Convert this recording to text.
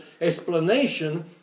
explanation